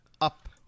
up